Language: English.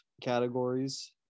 categories